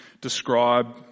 describe